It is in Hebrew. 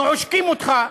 אנחנו עושקים אותך,